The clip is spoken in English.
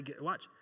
watch